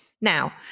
Now